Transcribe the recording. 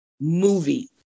movie